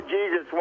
Jesus